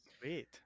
sweet